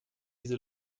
diese